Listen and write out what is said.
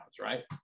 right